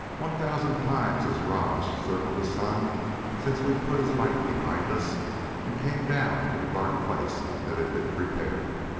one thousand times has rajj circled the sun since we put his light behind us and came down to the dark place that had been prepared.